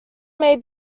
may